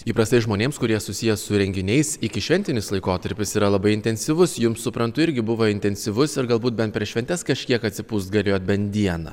įprastai žmonėms kurie susiję su renginiais iki šventinis laikotarpis yra labai intensyvus jums suprantu irgi buvo intensyvus ir galbūt bent per šventes kažkiek atsipūst galėjot bent dieną